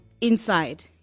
inside